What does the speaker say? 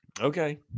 Okay